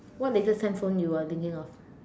what latest handphone you are thinking of